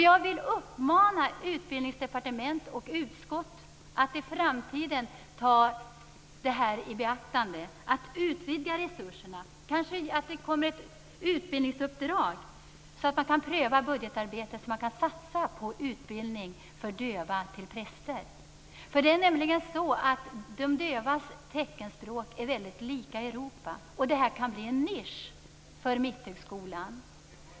Jag vill uppmana Utbildningsdepartementet och utbildningsutskottet att i framtiden ta det i beaktande och utvidga resurserna. Kanske kommer det ett utbildningsuppdrag, så att man kan pröva det i budgetarbetet och så att man kan satsa på utbildning för döva till präster. Det är nämligen så att de dövas teckenspråk är mycket lika i Europa. Det här kan bli en nisch för Mitthögskolan.